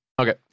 Okay